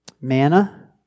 manna